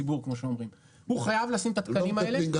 הנושא של כלי אכיפה חכמים.